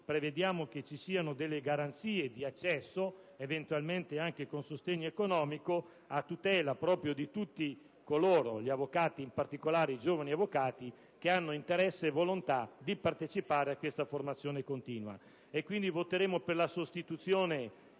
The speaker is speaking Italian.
prevediamo delle garanzie di accesso, eventualmente anche con sostegno economico, a tutela di tutti coloro - penso in particolare ai giovani avvocati - che hanno interesse e volontà di partecipare a questa formazione continua. In conclusione, voteremo per la sostituzione